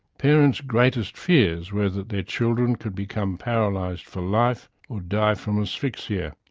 parents' greatest fears were that their children could become paralysed for life, or die from asphyxia.